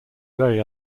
very